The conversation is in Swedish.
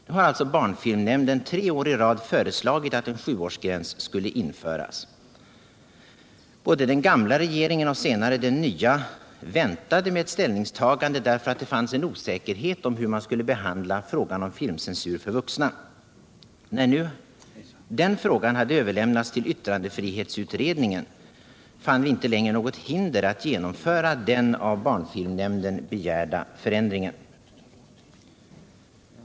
Nu har alltså barnfilmnämnden tre år i rad föreslagit att en sjuårsgräns skulle införas. Både den gamla regeringen och den nya väntade med ett ställningstagande därför att det fanns en osäkerhet om hur man skulle behandla frågan om filmcensur för vuxna. När den frågan nu hade överlämnats till yttrandefrihetsutredningen fann vi inte längre något hinder att genomföra den av barnfilmnämnden begärda förändringen.